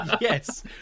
Yes